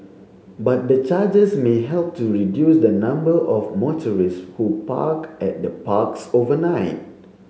but the charges may help to reduce the number of motorists who park at the parks overnight